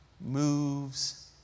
moves